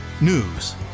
news